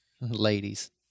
Ladies